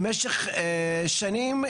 במשך שנים,